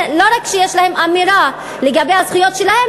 לא רק שיש להן אמירה לגבי הזכויות שלהן,